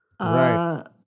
Right